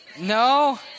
No